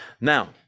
Now